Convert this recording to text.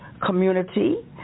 community